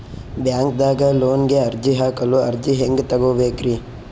ಬ್ಯಾಂಕ್ದಾಗ ಲೋನ್ ಗೆ ಅರ್ಜಿ ಹಾಕಲು ಅರ್ಜಿ ಹೆಂಗ್ ತಗೊಬೇಕ್ರಿ?